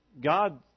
God